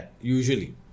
usually